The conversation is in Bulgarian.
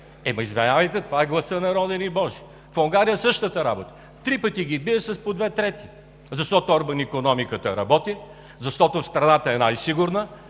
Ама извинявайте, това е гласът народен и божи! В Унгария – същата работа – три пъти ги бие с по две трети. Защото Орбан икономиката работи, защото страната е най-сигурна